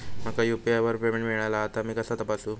माका यू.पी.आय वर पेमेंट मिळाला हा ता मी कसा तपासू?